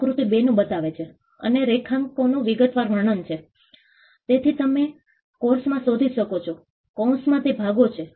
પરંપરાગત રાજા અથવા પ્રકારની શાસન પ્રણાલી આ સ્ટડી એરીયાના કેટલાક ફોટોગ્રાફ્સ છે